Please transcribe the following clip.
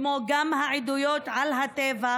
שזעזעה את כולם, וגם העדויות על הטבח,